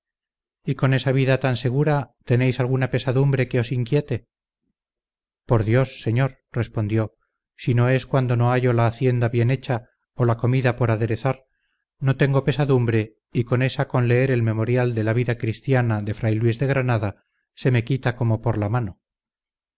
y con esa vida tan segura tenéis alguna pesadumbre que os inquiete por dios señor respondió si no es cuando no hallo la hacienda bien hecha o la comida por aderezar no tengo pesadumbre y esa con leer el memorial de la vida cristiana de fray luis de granada se me quita como por la mano